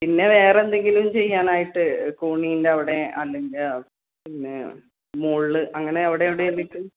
പിന്നെ വേറെ എന്തെങ്കിലും ചെയ്യാനായിട്ട് കോണീൻറെ അവിടെ അല്ലെങ്കിൽ പിന്നെ മോളിൽ അങ്ങനെ അവിടെ ഇവിടെ എന്നിട്ട്